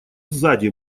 сзади